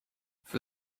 for